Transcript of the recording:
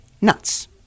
nuts